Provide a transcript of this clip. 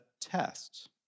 test